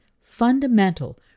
fundamental